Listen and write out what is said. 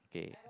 okay